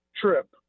trip